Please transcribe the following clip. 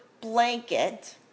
blanket